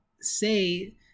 say